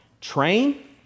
Train